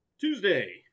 Tuesday